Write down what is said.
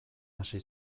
hasi